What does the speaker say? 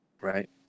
right